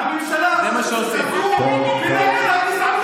אני נגד הממשלה הזו ונגד הגזענות